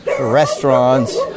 restaurants